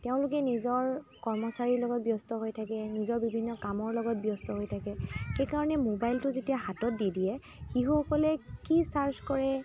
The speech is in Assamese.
তেওঁলোকে নিজৰ কৰ্মচাৰীৰ লগত ব্যস্ত থাকে নিজৰ বিভিন্ন কামৰ লগত ব্যস্ত হৈ থাকে সেইকাৰণে মোবাইলটো যেতিয়া হাতত দি দিয়ে শিশুসকলে কি ছাৰ্চ কৰে